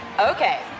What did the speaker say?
Okay